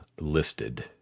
listed